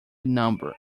number